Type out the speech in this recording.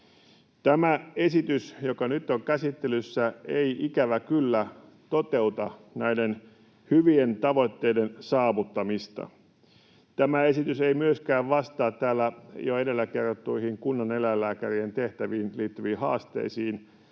Tämä esitys, joka nyt on käsittelyssä, ei ikävä kyllä toteuta näiden hyvien tavoitteiden saavuttamista. Tämä esitys ei myöskään vastaa täällä jo edellä kerrottuihin kunnaneläinlääkärien tehtäviin liittyviin haasteisiin,